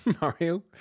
Mario